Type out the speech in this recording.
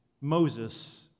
Moses